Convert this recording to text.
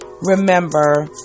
Remember